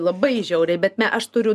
labai žiauriai bet ne aš turiu